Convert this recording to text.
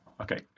okay